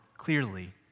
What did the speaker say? Clearly